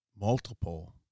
multiple